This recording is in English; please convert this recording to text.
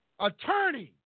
Attorney